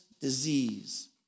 disease